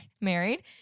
married